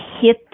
hit